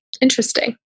interesting